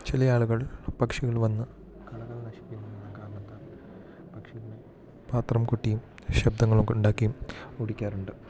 ചില ആളുകൾ പക്ഷികൾ വന്ന് കളകൾ നശിപ്പിക്കുകയും പക്ഷികൾ പാത്രം കൊട്ടിയും ശബ്ദങ്ങക് ഒക്കെ ഉണ്ടാക്കിയും ഓടിക്കാറുണ്ട്